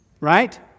right